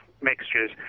mixtures